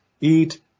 eat